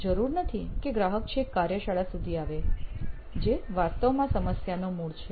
જરૂર નથી કે ગ્રાહક છેક કાર્યશાળા સુધી આવે જે વાસ્તવમાં સમસ્યાનું મૂળ છે